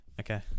Okay